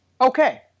Okay